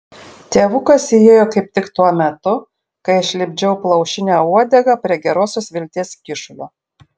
tėvukas įėjo kaip tik tuo metu kai aš lipdžiau plaušinę uodegą prie gerosios vilties kyšulio